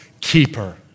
keeper